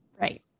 Right